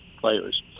Players